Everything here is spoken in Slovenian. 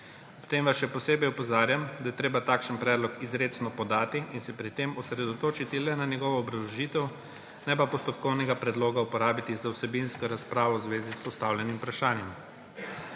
Potem vas še posebej opozarjam, da je treba takšen predlog izrecno podati in se pri tem osredotočiti le na njegovo obrazložitev, ne pa postopkovnega predloga uporabiti za vsebinsko razpravo v zvezi s postavljenim vprašanjem.